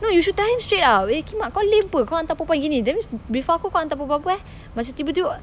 no you should tell him straight ah eh kimak kau lame [pe] kau hantar perempuan gini that means before aku kau hantar perempuan apa eh macam tiba-tiba